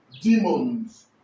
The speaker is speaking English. demons